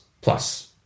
plus